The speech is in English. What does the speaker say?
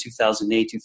2008